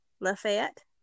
Lafayette